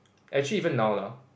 actually even now lah